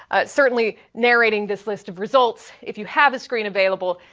certainly narrating this list of results. if you have a screen available,